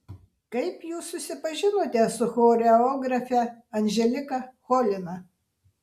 kaip jūs susipažinote su choreografe anželika cholina